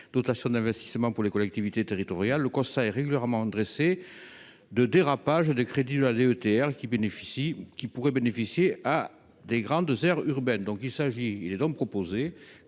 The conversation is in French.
dotation d'investissement pour les collectivités territoriales, le conseil régulièrement dressées de dérapage de crédit, la DETR, qui bénéficie qui pourrait bénéficier à des grandes aires urbaines,